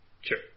Sure